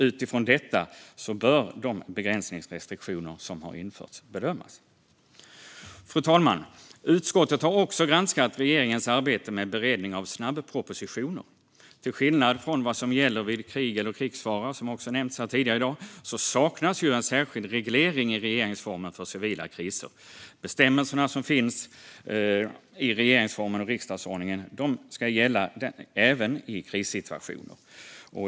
Utifrån detta bör de begränsningsrestriktioner som har införts bedömas. Fru talman! Utskottet har också granskat regeringens arbete med beredning av snabbpropositioner. Till skillnad från vad som gäller vid krig eller krigsfara, som också har nämnts här tidigare i dag, saknas en särskild reglering i regeringsformen för civila kriser. Bestämmelserna som finns i regeringsformen och riksdagsordningen ska gälla även i krissituationer.